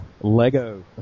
Lego